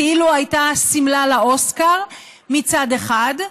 כאילו הייתה שמלה לאוסקר, מצד אחד.